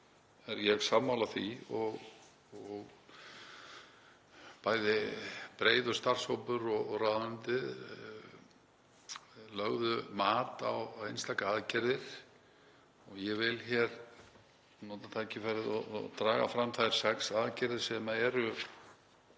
er sammála því og bæði breiður starfshópur og ráðuneytið lögðu mat á einstakar aðgerðir. Ég vil hér nota tækifærið og draga fram þær sex aðgerðir sem eru